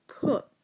put